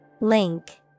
Link